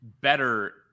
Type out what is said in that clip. better